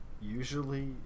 Usually